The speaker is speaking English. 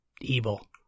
evil